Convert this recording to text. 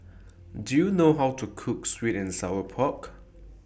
Do YOU know How to Cook Sweet and Sour Pork